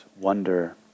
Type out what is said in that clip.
wonder